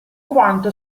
quanto